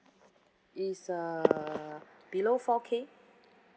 is uh below four K